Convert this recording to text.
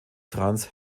franz